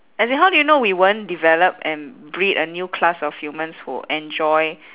as in how do you know we won't develop and breed a new class of humans who enjoy